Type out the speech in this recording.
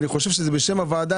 אני חושב שזו בקשה בשם הוועדה,